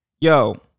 yo